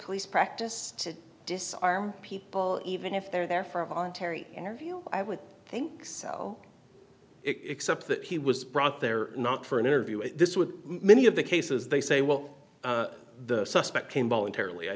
police practice to disarm people even if they're there for a voluntary interview i would think so it's up that he was brought there not for an interview with this with many of the cases they say well the suspect came voluntarily i